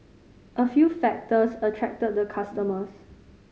a few factors attracted the customers